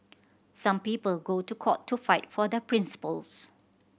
some people go to court to fight for their principles